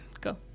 Go